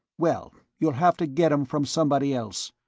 well, you'll have to get em from somebody else.